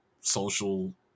social